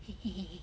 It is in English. he he he he